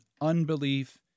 unbelief